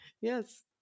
Yes